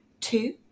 Two